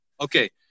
Okay